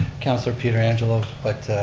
councilor pietrangelo, but